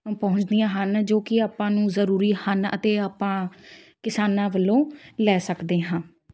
ਪਹੁੰਚਦੀਆਂ ਹਨ ਜੋ ਕਿ ਆਪਾਂ ਨੂੰ ਜ਼ਰੂਰੀ ਹਨ ਅਤੇ ਆਪਾਂ ਕਿਸਾਨਾਂ ਵੱਲੋਂ ਲੈ ਸਕਦੇ ਹਾਂ